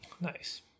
Nice